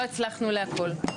לא הצלחנו להכל,